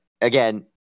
again